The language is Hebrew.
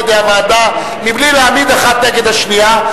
על-ידי הכנסת מבלי להעמיד אחת נגד השנייה,